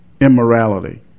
Immorality